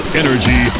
energy